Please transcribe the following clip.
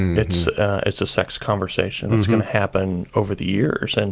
it's it's a sex conversation that's going to happen over the years. and